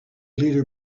leader